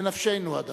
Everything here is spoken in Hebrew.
בנפשנו הדבר,